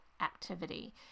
activity